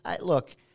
Look